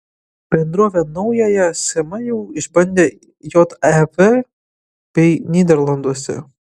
bendrovė naująją schema jau išbandė jav bei nyderlanduose